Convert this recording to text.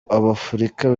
afurika